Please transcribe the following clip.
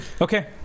Okay